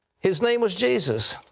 his name was jesus.